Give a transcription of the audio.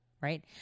right